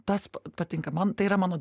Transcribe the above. tas patinka man tai yra mano